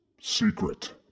Secret